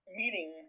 meeting